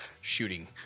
shooting